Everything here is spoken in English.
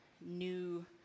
new